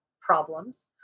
problems